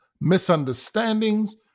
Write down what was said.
misunderstandings